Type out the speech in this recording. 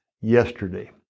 yesterday